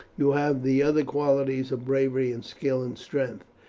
you have the other qualities of bravery and skill and strength.